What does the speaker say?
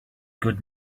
good